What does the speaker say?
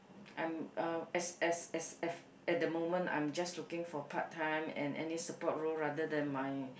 I'm uh as as as af~ at the moment I'm just looking for part time and any support role rather than my